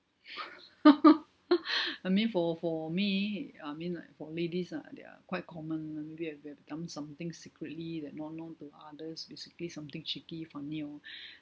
I mean for for me I mean like for ladies ah they're quite common I mean maybe we've we've done something secretly that are unknown to others basically something cheeky funny or